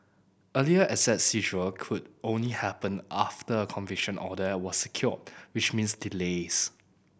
earlier asset seizure could only happen after a conviction order was secured which meant delays